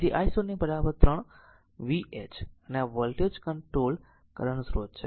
તેથી i 0 3 v h અને આ વોલ્ટેજ કંટ્રોલ્ડ કરંટ સ્રોત છે